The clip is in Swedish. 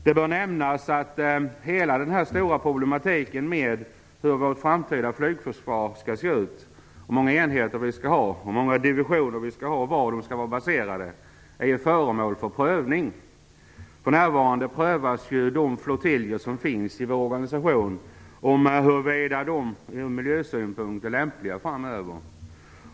Det bör nämnas att hela den stora problematiken om hur vårt framtida flygförsvar skall se ut, hur många enheter och divisioner vi skall ha och var de skall vara baserade är föremål för prövning. För närvarande prövas huruvida de flottiljer som finns i vår organisation ur miljösynpunkt är lämpliga framöver.